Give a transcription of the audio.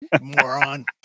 moron